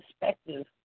perspective